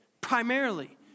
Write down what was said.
primarily